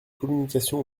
communication